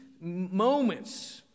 moments